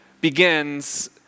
begins